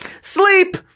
Sleep